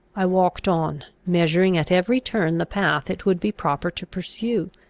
i walked on, measuring at every turn the path it would be proper to pursue,